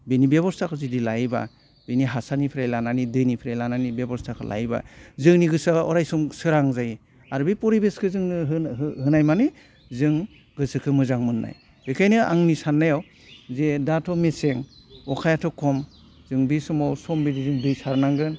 बेनि बेब'स्थाखौ जुदि लायोबा बिनि हासारनिफ्राय लानानै दैनिफ्राय लानानै बेब'स्थाखौ लायोबा जोंनि गोसोआ अरायसम सोरां जायो आरो बे परिबेसखौ जोङो होनो हो होनाय माने जों गोसोखो मोजां मोननाय बेखायनो आंनि साननायाव जे दाथ' मेसें अखायाथ' खम जों बे समाव सम बिदि जों दै सारनांगोन